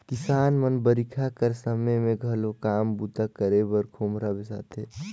किसान मन बरिखा कर समे मे घलो काम बूता करे बर खोम्हरा बेसाथे